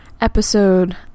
episode